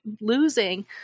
losing